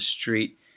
street